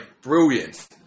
brilliant